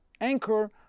anchor